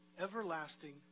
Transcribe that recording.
everlasting